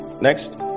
Next